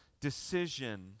decision